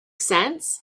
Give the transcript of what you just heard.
sense